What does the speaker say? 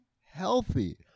healthy